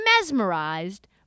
mesmerized